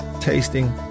tasting